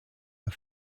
are